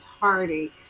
Party